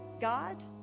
God